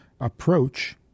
approach